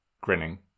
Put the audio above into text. grinning